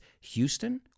Houston